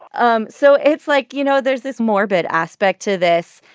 um so it's like you know there's this morbid aspect to this,